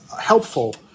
helpful